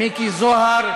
מיקי זוהר,